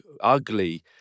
ugly